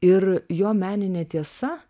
ir jo meninė tiesa